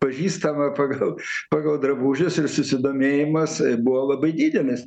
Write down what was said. pažįstama pagal pagal drabužius ir susidomėjimas buvo labai didelis